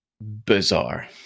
Bizarre